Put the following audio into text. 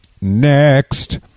Next